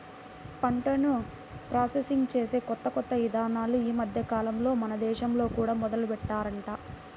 పంటను ప్రాసెసింగ్ చేసే కొత్త కొత్త ఇదానాలు ఈ మద్దెకాలంలో మన దేశంలో కూడా మొదలుబెట్టారంట